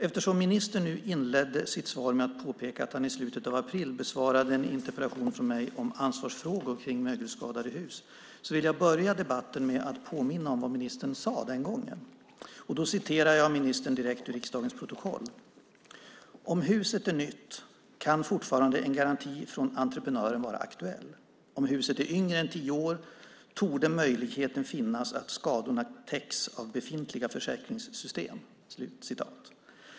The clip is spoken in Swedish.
Eftersom ministern inledde sitt svar med att påpeka att han i slutet av april besvarade en interpellation från mig om ansvarsfrågor kring mögelskadade hus vill jag börja debatten med att påminna om vad ministern sade den gången. Jag citerar ministern direkt ur riksdagens protokoll: "Om huset är nytt kan fortfarande en garanti från entreprenören vara aktuell. Om huset är yngre än tio år torde möjlighet finnas att skadorna täcks av befintliga försäkringssystem."